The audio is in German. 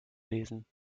lesen